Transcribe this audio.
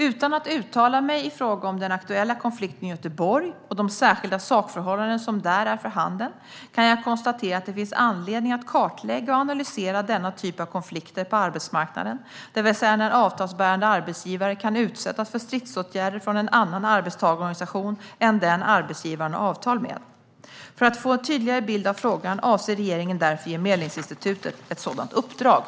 Utan att uttala mig i fråga om den aktuella konflikten i Göteborg och de särskilda sakförhållanden som där är för handen kan jag konstatera att det finns anledning att kartlägga och analysera denna typ av konflikter på arbetsmarknaden, det vill säga när en avtalsbärande arbetsgivare kan utsättas för stridsåtgärder från en annan arbetstagarorganisation än den arbetsgivaren har avtal med. För att få en tydligare bild av frågan avser regeringen därför att ge Medlingsinstitutet ett sådant uppdrag.